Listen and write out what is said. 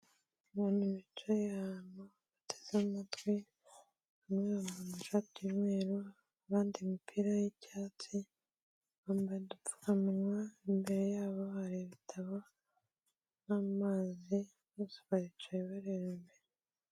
Abantu bicaye ahantu bateze amatwi, bamwe bambaye amashati y'umweru, abandi imipira y'icyatsi bambaye udupfukamunwa, imbere yabo hari ibitabo n'amazi bose baricaye bareba imbere.